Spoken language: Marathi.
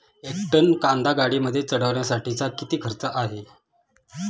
एक टन कांदा गाडीमध्ये चढवण्यासाठीचा किती खर्च आहे?